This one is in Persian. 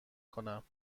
کنم